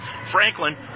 Franklin